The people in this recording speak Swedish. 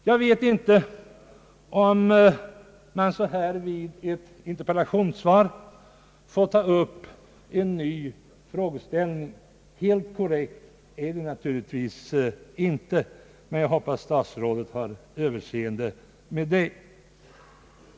Jag vet inte om man i en interpellationsdebatt får ta upp en helt ny frågeställning. Helt korrekt är det naturligtvis inte, men jag hoppas statsrådet har överseende med det.